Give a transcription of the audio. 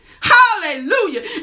Hallelujah